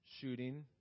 shooting